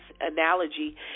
analogy